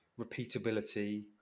repeatability